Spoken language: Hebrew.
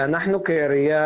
אנחנו כעירייה